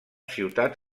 ciutat